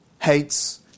hates